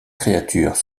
créatures